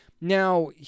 Now